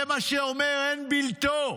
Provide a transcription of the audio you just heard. זה מה שזה אומר, אין בלתו.